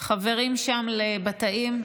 חברים שם בתאים,